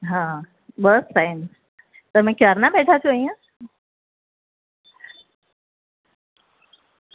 હા બસ ફાઈન તમે ક્યારના બેઠાં છો અહીંયા